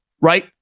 Right